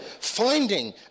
finding